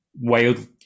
wild